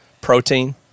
protein